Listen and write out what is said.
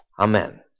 Amen